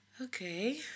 Okay